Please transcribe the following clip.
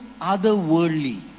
otherworldly